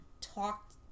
talked